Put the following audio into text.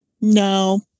No